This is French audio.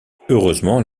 heureusement